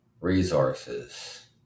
resources